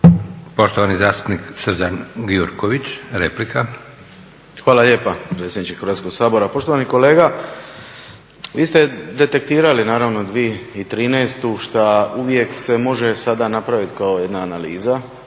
Poštovani zastupnik Srđan Gjurković, replika. **Gjurković, Srđan (HNS)** Hvala lijepa predsjedniče Hrvatskog sabora. Poštovani kolega vi ste detektirali naravno 2013. što uvijek se može sada napraviti kao jedna analiza,